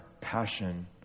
passion